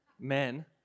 Men